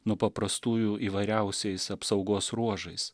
nuo paprastųjų įvairiausiais apsaugos ruožais